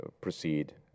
proceed